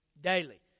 daily